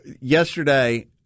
yesterday